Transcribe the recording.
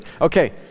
Okay